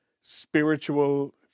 spiritual